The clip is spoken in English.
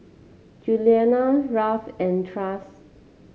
Julianna Ralph and